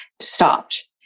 stopped